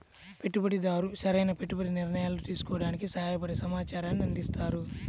పెట్టుబడిదారు సరైన పెట్టుబడి నిర్ణయాలు తీసుకోవడానికి సహాయపడే సమాచారాన్ని అందిస్తారు